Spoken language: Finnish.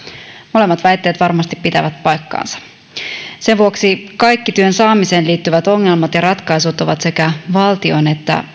molemmat väitteet varmasti pitävät paikkansa sen vuoksi kaikki työn saamiseen liittyvät ongelmat ja ratkaisut ovat sekä valtion että